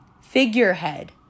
figurehead